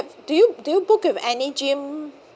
do you do you book with any gym